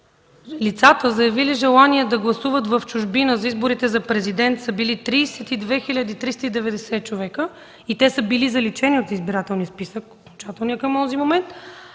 лицата, заявили желание да гласуват в чужбина на изборите за президент, са били 32 хил. 390 човека и те са били заличени от избирателния списък, окончателния към онзи момент,